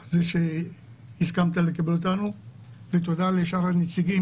על זה שהסכמת לקבל אותנו ותודה לשאר הנציגים